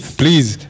please